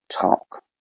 talk